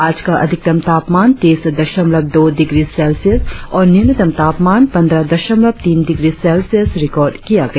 आज का अधिकतम तापमान तीस दशमलव दो डिग्री सेल्सियस और न्यूनतम तापमान पंद्रह दशमलव तीन डिग्री सेल्सियस रिकार्ड किया गया